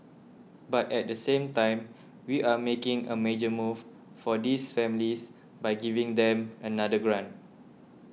but at the same time we are making a major move for these families by giving them another grant